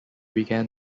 began